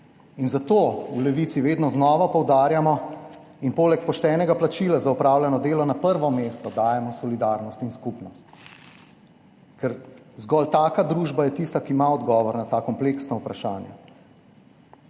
zato v Levici vedno znova poudarjamo in poleg poštenega plačila za opravljeno delo na prvo mesto dajemo solidarnost in skupnost, ker je zgolj taka družba tista, ki ima odgovor na ta kompleksna vprašanja.